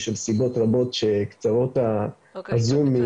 בשל סיבות רבות שקצר הזום מלפרט.